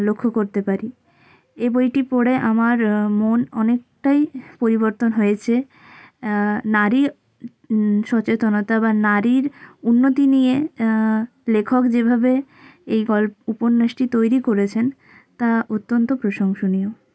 লক্ষ্য করতে পারি এ বইটি পড়ে আমার মন অনেকটাই পরিবর্তন হয়েছে নারী সচেতনতা বা নারীর উন্নতি নিয়ে লেখক যেভাবে এই গল্প উপন্যাসটি তৈরি করেছেন তা অত্যন্ত প্রশংসনীয়